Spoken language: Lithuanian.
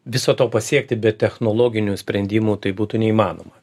viso to pasiekti be technologinių sprendimų tai būtų neįmanoma